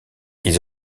ils